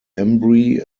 embry